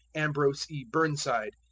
ambrose e. burnside.